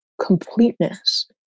completeness